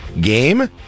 game